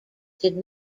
did